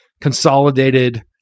consolidated